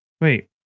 wait